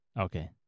Okay